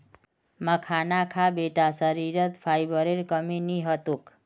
मखाना खा बेटा शरीरत फाइबरेर कमी नी ह तोक